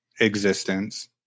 existence